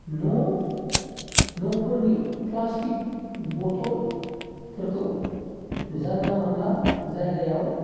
न' न'फोरनि प्लास्टिक बथलफोरखौ जानला मानला जायगायाव